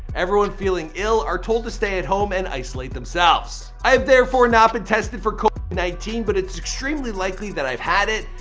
everyone feeling ill are told to stay at home and isolate themselves i have therefore not been tested for covid nineteen, but it's extremely likely that i've had it,